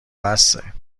بسه